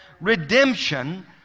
redemption